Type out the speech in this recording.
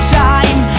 time